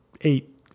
eight